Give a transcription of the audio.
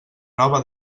nova